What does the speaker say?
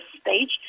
stage